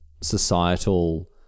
societal